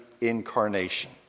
incarnation